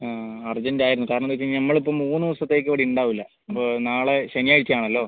ആർജൻറ്റായിരുന്നു കാരണമെന്താന്ന് വെച്ച്കഴിഞ്ഞാൽ നമ്മളിപ്പം മൂന്ന് ദിവസത്തേക്ക് ഇവിടിണ്ടാവില്ല അപ്പോൾ നാളെ ശനിയാഴ്ച ആണല്ലോ